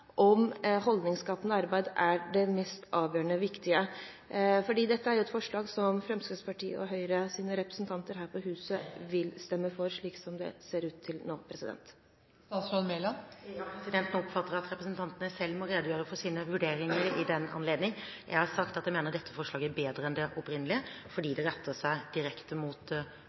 om at holdningsskapende arbeid er det mest avgjørende viktige? Dette er et forslag som Fremskrittspartiets og Høyres representanter her på huset vil stemme for, slik det ser ut nå. Nå oppfatter jeg at representantene selv må redegjøre for sine vurderinger i den anledning. Jeg har sagt at jeg mener dette forslaget er bedre enn det opprinnelige, fordi det retter seg direkte mot